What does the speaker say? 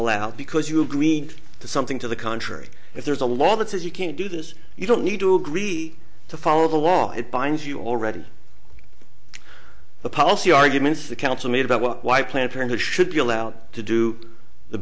allowed because you agreed to something to the contrary if there's a law that says you can't do this you don't need to agree to follow the law it binds you already the policy arguments the council made about why planned parenthood should be allowed to do the